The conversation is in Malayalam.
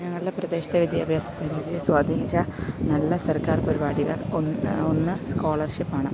ഞങ്ങളുടെ പ്രദേശത്തെ വിദ്യാഭ്യാസത്തെ ഏറെ സ്വാധീനിച്ച നല്ല സർക്കാർ പരിപാടികൾ ഒന്ന് സ്കോളർഷിപ്പ് ആണ്